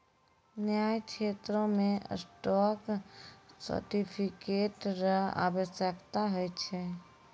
न्याय क्षेत्रो मे स्टॉक सर्टिफिकेट र आवश्यकता होय छै